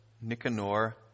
Nicanor